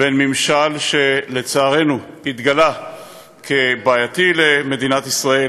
בין ממשל שלצערנו התגלה כבעייתי למדינת ישראל,